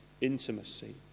intimacy